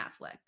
netflix